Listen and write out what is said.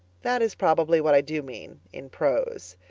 that is probably what i do mean. in prose,